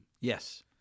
Yes